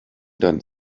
done